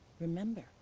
remember